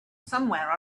somewhere